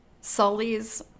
Sully's